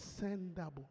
sendable